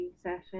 session